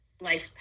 life